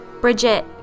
Bridget